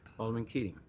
alderman keating.